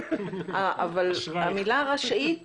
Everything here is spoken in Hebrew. אבל המילה רשאית